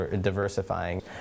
diversifying